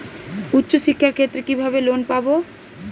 উচ্চশিক্ষার ক্ষেত্রে কিভাবে লোন পাব?